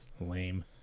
Lame